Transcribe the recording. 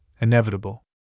inevitable